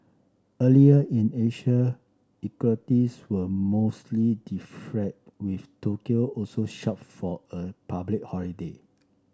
earlier in Asia equities were mostly deflated with Tokyo also shut for a public holiday